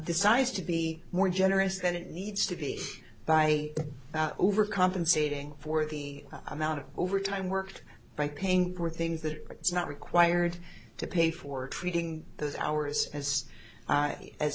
decides to be more generous than it needs to be by overcompensating for the amount of overtime worked by paying for things that are not required to pay for treating those hours as i as